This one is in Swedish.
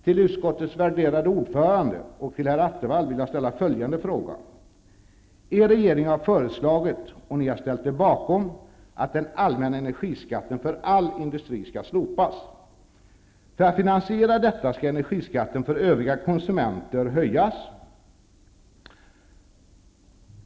Till utskottets värderade herr ordförande och till herr Attefall vill jag ställa följande fråga. Er regering har föreslagit, och ni har ställt er bakom, att den allmänna energiskatten för all industri skall slopas. För att finansiera detta skall energiskatten för övriga konsumenter höjas.